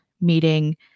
meeting